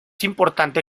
importante